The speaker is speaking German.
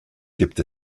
gibt